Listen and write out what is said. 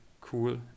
cool